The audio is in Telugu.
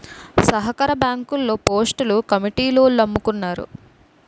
సహకార బ్యాంకుల్లో పోస్టులు కమిటీలోల్లమ్ముకున్నారు